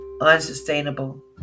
unsustainable